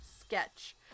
sketch